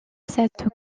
cette